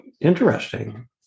interesting